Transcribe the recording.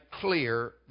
clear